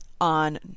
on